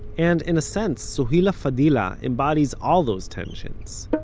and, in a sense, sohila fadila embodies all those tensions.